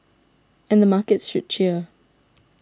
and the markets should cheer